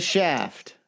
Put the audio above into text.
Shaft